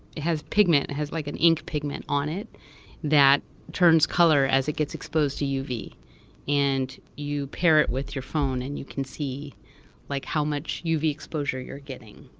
it has pigment. it has like an ink pigment on it that turns color as it gets exposed to uv and you pair it with your phone and you can see like how much uv exposure you're getting.